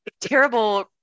Terrible